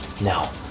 Now